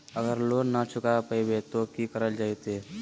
अगर लोन न चुका पैबे तो की करल जयते?